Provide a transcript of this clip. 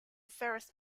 ferrous